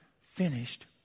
finished